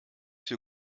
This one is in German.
für